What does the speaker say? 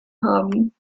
haben